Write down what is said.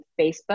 Facebook